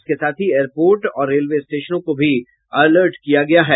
इसके साथ ही एयरपोर्ट और रेलवे स्टेशनों को भी अलर्ट किया गया है